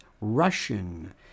Russian